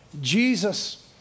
Jesus